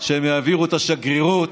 שהם יעבירו את השגרירות,